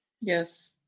Yes